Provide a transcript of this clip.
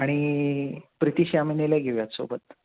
आणि प्रीती शामिनीलाही घेऊयात सोबत